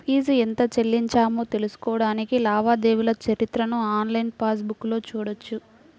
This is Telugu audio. ఫీజు ఎంత చెల్లించామో తెలుసుకోడానికి లావాదేవీల చరిత్రను ఆన్లైన్ పాస్ బుక్లో చూడొచ్చు